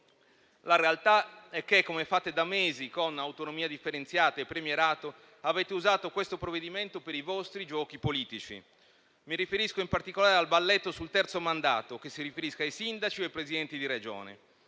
La realtà è che - come fate da mesi con autonomia differenziata e premierato - avete usato questo provvedimento per i vostri giochi politici. Mi riferisco, in particolare, al balletto sul terzo mandato, che si riferisca ai sindaci o ai Presidenti di Regione;